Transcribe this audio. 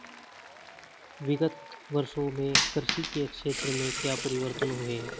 विगत वर्षों में कृषि के क्षेत्र में क्या परिवर्तन हुए हैं?